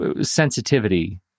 sensitivity